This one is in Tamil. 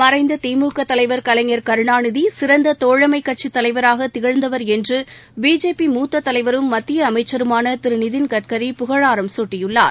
மறைந்ததிமுக தலைவர் கருணாநிதிசிறந்ததோழமைகட்சித் கலைஞர் தலைவராகதிகழ்ந்தவர் என்றபிஜேபி மூத்ததலைவரும் மத்தியஅமைச்சருமானதிருநிதின் கட்கரி புகழாரம் குட்டியுள்ளார்